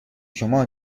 شما